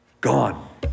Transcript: gone